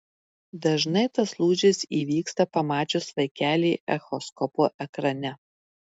dažnai tas lūžis įvyksta pamačius vaikelį echoskopo ekrane